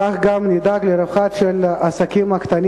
כך גם נדאג לרווחתם של העסקים הקטנים